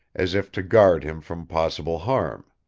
as if to guard him from possible harm.